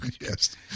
yes